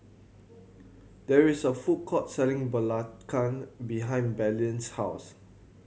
there is a food court selling Belacan behind Belen's house